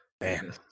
Man